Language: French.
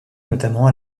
notamment